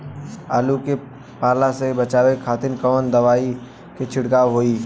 आलू के पाला से बचावे के खातिर कवन दवा के छिड़काव होई?